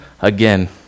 again